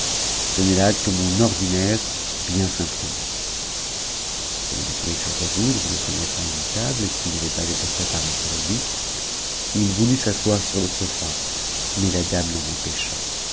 ce n'est là que mon ordinaire bien simplement coinm it ne pouvait se résoudre de se mettre à une table qui n'avait pas été pré parée pour lui it voulut s'asseoir sur le sofa mais la dame l'en empèchi